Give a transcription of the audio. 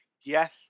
yes